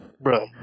bro